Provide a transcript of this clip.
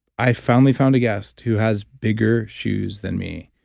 i finally found a guest who has bigger shoes than me.